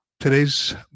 Today's